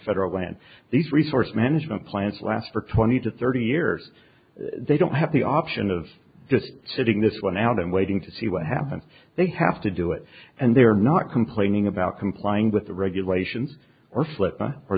federal land these resource management plants last for twenty to thirty years they don't have the option of just sitting this one out and waiting to see what happens they have to do it and they're not complaining about complying with the regulations or flip